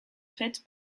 faite